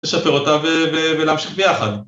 ‫לשפר אותה ולהמשיך ביחד.